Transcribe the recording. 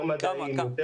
יותר מדעים וכולי.